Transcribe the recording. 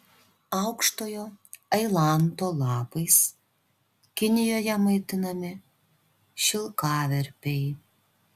aukštojo ailanto lapais kinijoje maitinami šilkaverpiai